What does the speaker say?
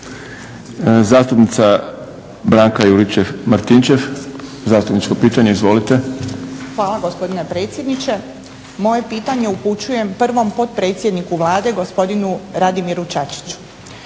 Zastupnica Branka Juričev-Martinčev zastupničko pitanje. Izvolite. **Juričev-Martinčev, Branka (HDZ)** Hvala gospodine predsjedniče. Moje pitanje upućujem prvom potpredsjedniku Vlade gospodinu Radimiru Čačiću.